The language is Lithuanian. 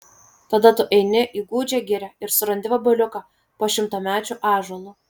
tada tu eini į gūdžią girią ir surandi vabaliuką po šimtamečiu ąžuolu